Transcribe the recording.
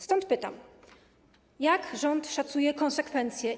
Stąd pytam: Jak rząd szacuje konsekwencje?